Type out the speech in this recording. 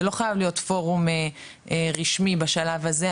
זה לא חייב להיות פורום רשמי בשלב הזה,